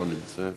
לא נמצא,